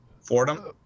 Fordham